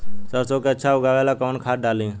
सरसो के अच्छा उगावेला कवन खाद्य डाली?